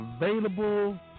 available